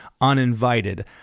Uninvited